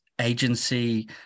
agency